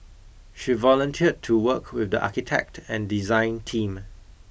she volunteered to work with the architect and design team